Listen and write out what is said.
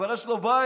כבר יש לו בית,